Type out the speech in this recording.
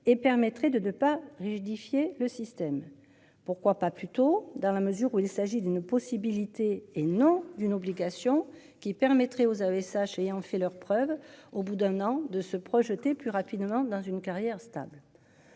et permettrait de, de pas rigidifier le système pourquoi pas plus tôt dans la mesure où il s'agit d'une possibilité et non d'une obligation qui permettrait aux. Ayant fait leurs preuves au bout d'un an de se projeter plus rapidement dans une carrière stable.